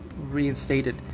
reinstated